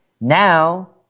now